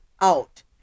out